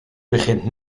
begint